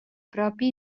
propi